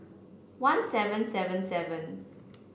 one seven seven seven